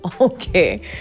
okay